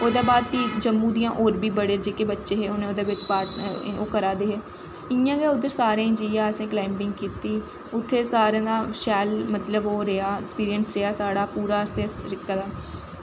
ओह्दै बाद फ्ही जम्मू दे होर बी बड़े बच्चे उ'नें ओह्दै बिच्च ओह् करा दे हे इ'यां गै उद्धर जाइयै उसें कलाईंबिंग कीती उत्थें सारें दा मतलब शैल ओह् रेहा अक्सपिरिंस रेहा साढ़ा पूरा असें ओह् कीता